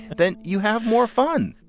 then you have more fun.